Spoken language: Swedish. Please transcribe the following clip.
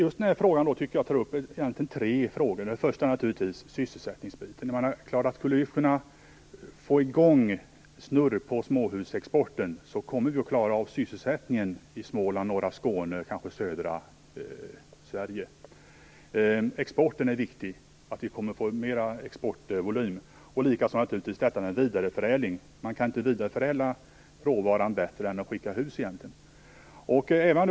Det finns tre saker att ta upp i samband med denna fråga. Den första är naturligtvis sysselsättningen. Får vi snurr på småhusexporten, kommer vi att klara sysselsättningen i Småland, norra Skåne och kanske södra Sverige över huvud taget. Exporten är viktig. Det gäller att få en större exportvolym. Likaså är det viktigt med vidareförädling. Det finns egentligen inget bättre sätt att vidareförädla råvaran än att skicka i väg hus.